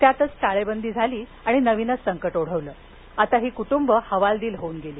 त्यातच टाळेबंदी झाल्यानं नवीनच संकट ओढवलं आणि ही कुटुंबं हवालदिल होऊन गेली